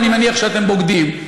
אני מניח שאתם בוגדים,